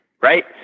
right